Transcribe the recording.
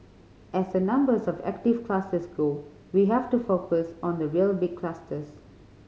as the numbers of active clusters go we have to focus on the real big clusters